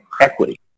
equity